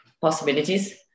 possibilities